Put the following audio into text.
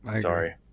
sorry